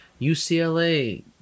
ucla